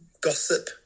gossip